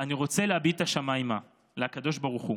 אני רוצה להביט השמיימה, לקדוש ברוך הוא,